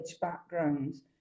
backgrounds